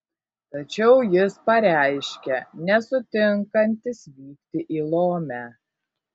tačiau jis pareiškė nesutinkantis vykti į lomę